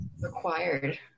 required